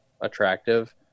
attractive